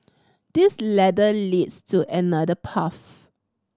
this ladder leads to another path